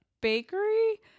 bakery